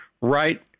right